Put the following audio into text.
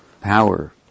power